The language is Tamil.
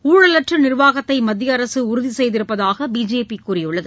ஊழலற்ற நிர்வாகத்தை மத்திய அரசு உறுதி செய்திருப்பதாக பிஜேபி கூறியுள்ளது